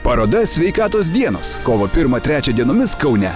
paroda sveikatos dienos kovo pirmą trečią dienomis kaune